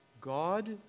God